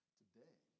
today